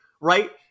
right